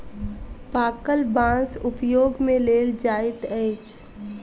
पाकल बाँस उपयोग मे लेल जाइत अछि